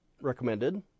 recommended